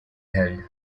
held